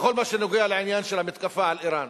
בכל מה שקשור לעניין של המתקפה על אירן,